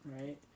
right